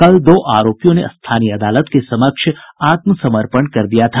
कल दो आरोपियों ने स्थानीय अदालत के समक्ष आत्मसमर्पण कर दिया था